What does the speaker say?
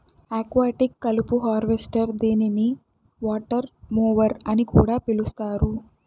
aquatic కలుపు harvester దీనిని water mower అని కూడా పిలుస్తారు